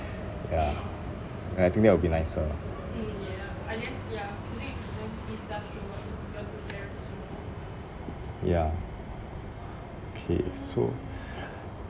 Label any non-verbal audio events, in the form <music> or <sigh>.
ya and I think that will be nicer ya K so <breath>